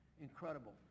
Incredible